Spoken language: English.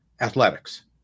athletics